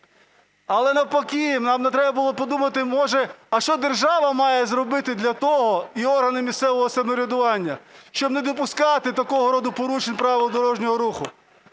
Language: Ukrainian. Але навпаки нам треба було подумати: а що держава має зробити для того, і органи місцевого самоврядування, щоб не допускати такого роду порушень правил дорожнього руху?